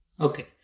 Okay